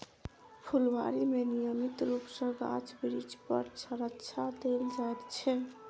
फूलबाड़ी मे नियमित रूप सॅ गाछ बिरिछ पर छङच्चा देल जाइत छै